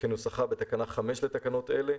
כנוסחה בתקנה 5 לתקנות אלה,